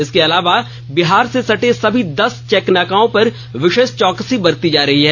इसके अलावा बिहार से सटे सभी दस चेकनाओं पर विशेष चौकसी बरती जा रही है